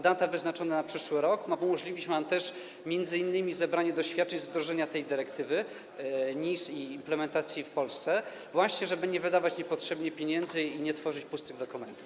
Data wyznaczona na przyszły rok ma umożliwić nam m.in. zebranie doświadczeń z wdrożenia tej dyrektywy NIS i implementacji w Polsce, żeby nie wydawać niepotrzebnie pieniędzy i nie tworzyć pustych dokumentów.